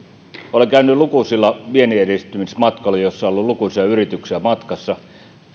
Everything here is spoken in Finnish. olen käynyt lukuisilla vienninedistämismatkoilla joissa on ollut lukuisia yrityksiä matkassa